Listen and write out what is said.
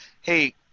Hey